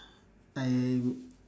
I